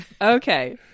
Okay